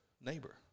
neighbor